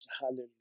Hallelujah